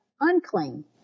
unclean